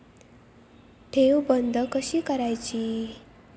ठेव बंद कशी करायची?